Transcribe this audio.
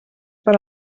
per